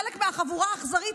חלק מהחבורה האכזרית,